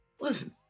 listen